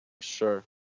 Sure